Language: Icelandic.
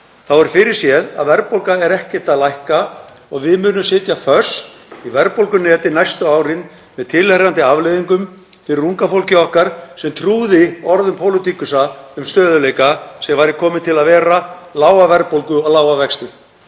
er fyrirséð að verðbólga muni ekkert lækka og við munum sitja föst í verðbólgunni næstu árin með tilheyrandi afleiðingum fyrir unga fólkið okkar sem trúði orðum pólitíkusa um stöðugleika sem væri kominn til að vera, um lága verðbólgu og lága vexti.